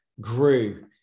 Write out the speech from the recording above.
grew